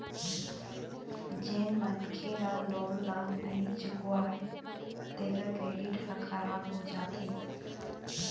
जेन मनखे ह लोन ल नइ चुकावय तेखर क्रेडिट ह खराब हो जाथे